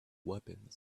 weapons